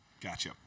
Gotcha